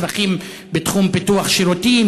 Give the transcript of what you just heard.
צרכים בתחום פיתוח שירותים,